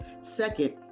Second